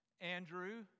Andrew